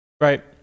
right